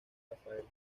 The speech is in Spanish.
rafael